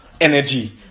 energy